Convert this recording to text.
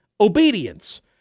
obedience